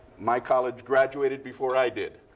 my college graduated before i did.